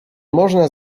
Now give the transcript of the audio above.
można